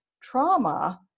trauma